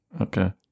Okay